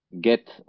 get